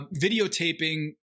videotaping